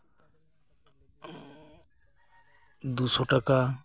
ᱫᱩ ᱥᱚ ᱴᱟᱠᱟ